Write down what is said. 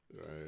right